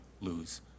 lose